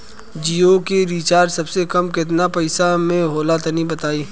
जियो के रिचार्ज सबसे कम केतना पईसा म होला तनि बताई?